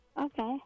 Okay